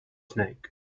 snake